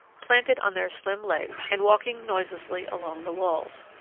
planted on their slim legs and walking noiselessly along the walls.